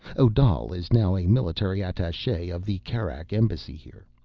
odal is now a military attache of the kerak embassy here.